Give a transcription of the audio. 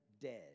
dead